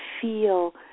feel